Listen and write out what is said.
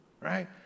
right